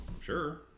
sure